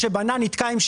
שפטור ממה שאתם מציעים,